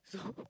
so